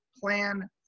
plan